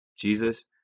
Jesus